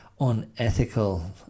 unethical